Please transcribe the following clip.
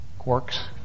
Quarks